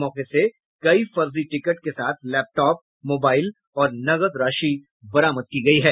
मौके से कई फर्जी टिकट के साथ लैपटॉप मोबाईल और नकद राशि बरामद की गयी है